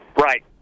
Right